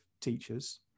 teachers